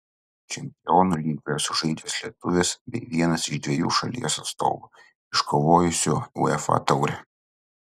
čempionų lygoje sužaidęs lietuvis bei vienas iš dviejų šalies atstovų iškovojusių uefa taurę